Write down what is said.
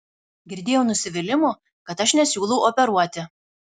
girdėjau nusivylimų kad aš nesiūlau operuoti